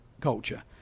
culture